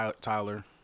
Tyler